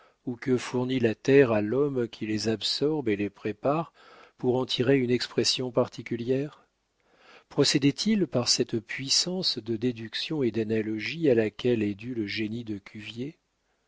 ou que fournit la terre à l'homme qui les absorbe et les prépare pour en tirer une expression particulière procédait il par cette puissance de déduction et d'analogie à laquelle est dû le génie de cuvier